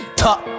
top